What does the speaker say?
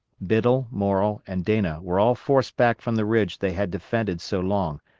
biddle, morrow, and dana were all forced back from the ridge they had defended so long,